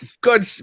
good